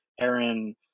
Aaron –